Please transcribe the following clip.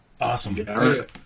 Awesome